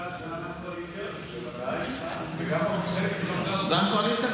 הצביעו בעד גם הקואליציה,